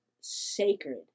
sacred